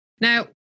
Now